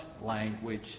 language